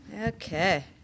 Okay